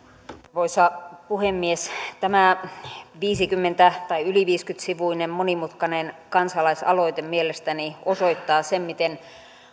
arvoisa puhemies tämä yli viisikymmentä sivuinen monimutkainen kansalaisaloite mielestäni osoittaa sen miten